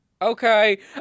Okay